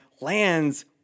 lands